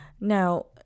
Now